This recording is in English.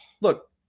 Look